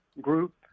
group